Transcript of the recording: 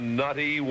nutty